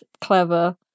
clever